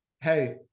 hey